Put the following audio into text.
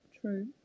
True